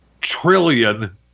trillion